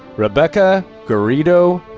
rebecca garrido-leyva.